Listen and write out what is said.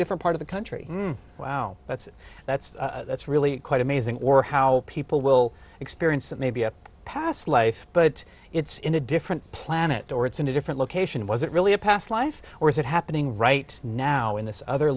different part of the country wow that's that's that's really quite amazing or how people will experience it maybe a past life but it's in a different planet or it's in a different location was it really a past life or is it happening right now in this other